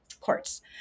courts